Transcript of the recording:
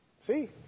See